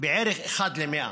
בערך אחד ל-100,